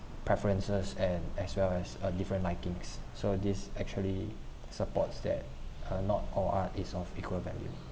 preferences and as well as a different likings so this actually supports that uh not all art is of equal value